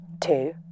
two